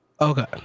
Okay